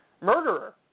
murderer